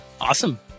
Awesome